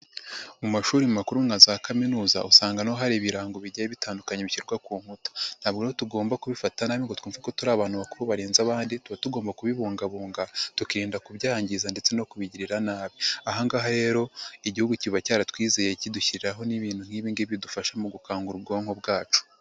Mu mashuri makuru nka za kaminuza usanga na ho hari ibirango bigiye bitandukanye bishyirwa ku nkuta. Ntabwo rero tugomba kubifata nabi ngo twumve ko turi abantu bakuru barenze abandi, tuba tugomba kubibungabunga tukirinda kubyangiza ndetse no kubigirira nabi. Aha ngaha rero igihugu kiba cyaratwizeye kidushyiriraho n'ibintu nk'ibi ngigi bidufasha mu gukangura ubwonko bwacu.